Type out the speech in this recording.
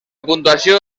puntuació